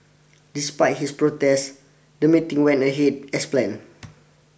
despite his protest the meeting went ahead as planned